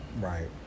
Right